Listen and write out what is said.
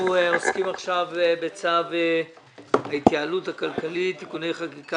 אנחנו עוסקים עכשיו בצו ההתייעלות הכלכלית (תיקוני חקיקה